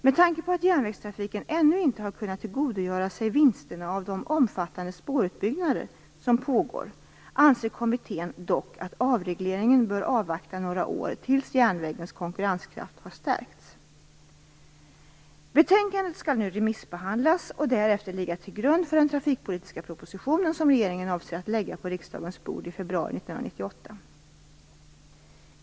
Med tanke på att järnvägstrafiken ännu inte har kunnat tillgodogöra sig vinsterna av de omfattande spårutbyggnader som pågår anser kommittén dock att avregleringen bör avvakta några år tills järnvägens konkurrenskraft har stärkts. Betänkandet skall nu remissbehandlas och därefter ligga till grund för den trafikpolitiska proposition som regeringen avser att lägga på riksdagens bord i februari 1998.